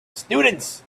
students